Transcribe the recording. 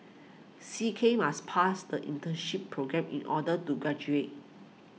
C K must pass the internship programme in order to graduate